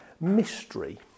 mystery